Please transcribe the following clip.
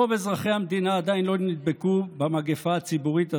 רוב אזרחי המדינה עדיין לא נדבקו במגפה הציבורית הזאת,